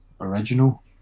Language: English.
original